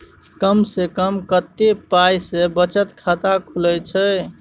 कम से कम कत्ते पाई सं बचत खाता खुले छै?